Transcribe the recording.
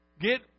Get